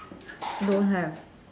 don't have